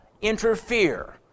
interfere